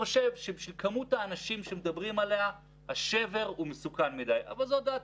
שים שמגישים תביעות זה לאו דווקא בתחום השחור והלבן הזה אולי לשמחתנו,